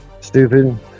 stupid